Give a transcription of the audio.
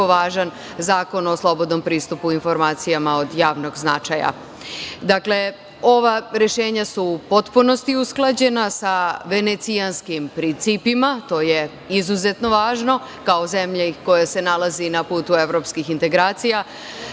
važan Zakon o slobodnom pristupu informacijama od javnog značaja. Dakle, ova rešenja su u potpunosti usklađena sa venecijanskim principima, to je izuzetno važno, kao zemlje koje se nalaze i na putu evropskih integracija,